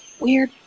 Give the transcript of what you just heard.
weird